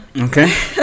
okay